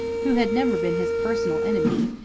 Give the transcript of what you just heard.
who had never been his personal enemy,